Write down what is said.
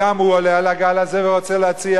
גם הוא עולה על הגל הזה ורוצה להציע